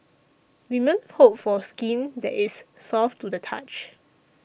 women hope for skin that is soft to the touch